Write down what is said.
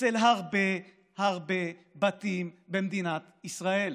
בהרבה הרבה בתים במדינת ישראל,